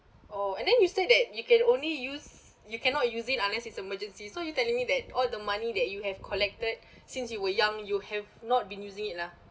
oh and then you said that you can only use you cannot use it unless it's emergency so you telling me that all the money that you have collected since you were young you have not been using it ah